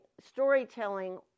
storytelling